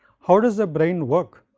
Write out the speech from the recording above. how does the brain work?